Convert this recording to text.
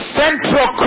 central